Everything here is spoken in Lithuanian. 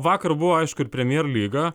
vakar buvo aišku ir premjer lyga